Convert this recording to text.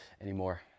anymore